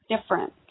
different